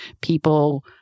People